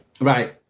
Right